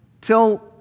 till